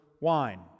wine